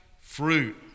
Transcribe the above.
fruit